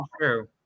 true